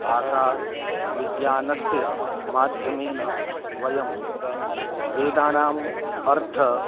भाषाविज्ञानस्य माध्यमेन वयं वेदानाम् अर्थम्